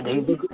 ꯑꯗꯩꯗꯒꯤ